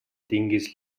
tingues